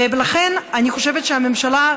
ולכן אני חושבת שהממשלה,